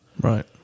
Right